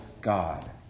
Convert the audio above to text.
God